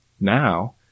now